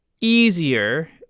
easier